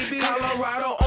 Colorado